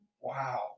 Wow